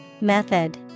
Method